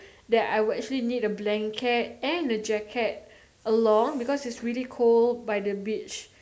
that I would actually need a blanket and a jacket along because it's really cold by the beach